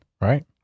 Right